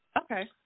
Okay